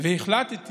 והחלטתי